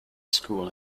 school